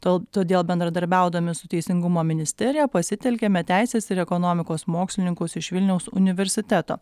tol todėl bendradarbiaudami su teisingumo ministerija pasitelkėme teisės ir ekonomikos mokslininkus iš vilniaus universiteto